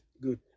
Good